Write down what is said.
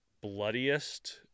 bloodiest